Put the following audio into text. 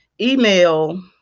email